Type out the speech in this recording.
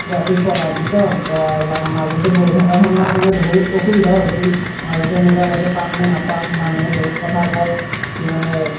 গুৱাহাটীত পঢ়াৰ পিছত মাজতে পঢ়ি থকাৰ সময়ত মানে বহুত অসুবিধাও হৈছিল মাজতে এনেকুৱা লাগে পাম নে নেপাম মানুহে বহুত কথা কয় কি মানে